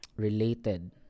related